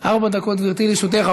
ארבע דקות, גברתי, לרשותך.